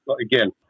Again